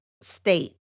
state